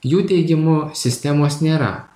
jų teigimu sistemos nėra